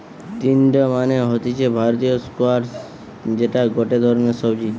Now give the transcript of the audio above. তিনডা মানে হতিছে ভারতীয় স্কোয়াশ যেটা গটে ধরণের সবজি